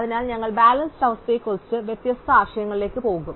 അതിനാൽ ഞങ്ങൾ ബാലൻസ്ഡ് അവസ്ഥയെക്കുറിച്ചുള്ള വ്യത്യസ്ത ആശയങ്ങളിലേക്ക് പോകും